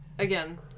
Again